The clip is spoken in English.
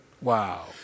Wow